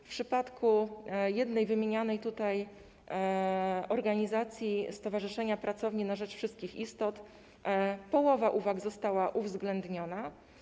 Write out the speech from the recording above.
W przypadku jednej wymienianej tutaj organizacji, Stowarzyszenia Pracownia na rzecz Wszystkich Istot, połowa uwag została uwzględniona.